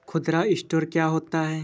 खुदरा स्टोर क्या होता है?